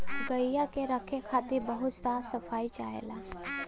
गइया के रखे खातिर बहुत साफ सफाई चाहेला